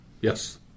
Yes